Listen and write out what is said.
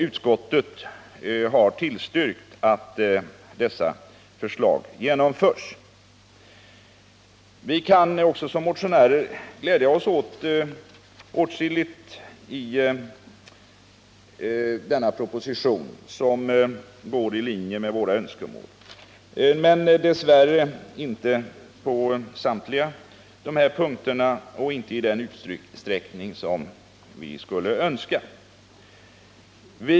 Utskottet har tillstyrkt att de föreslagna åtgärderna genomförs. Vi kan som motionärer också glädja oss åt att åtskilligt i denna proposition går i linje med våra önskemål, men dess värre gäller inte detta samtliga punkter i vår motion och inte i den utsträckning som vi skulle önska.